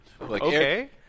okay